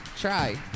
Try